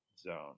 zone